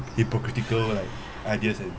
hypocritical like ideas and